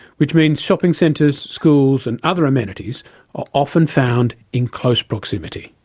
which means shopping centres, schools and other amenities are often found in close proximity.